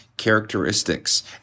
characteristics